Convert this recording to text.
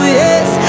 yes